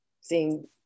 seeing